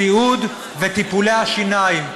הסיעוד וטיפולי השיניים,